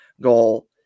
goal